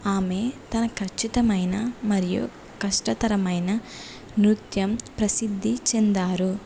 ఆమె తన ఖచ్చితమైన మరియు కష్టతరమైన నృత్యం ప్రసిద్ధి చెందారు